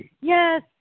yes